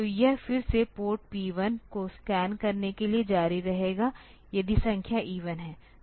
तो यह फिर से पोर्ट पी 1 को स्कैन करने के लिए जारी रहेगा यदि संख्या इवन है